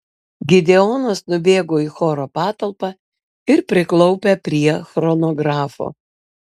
gideonas nubėgo į choro patalpą ir priklaupė prie chronografo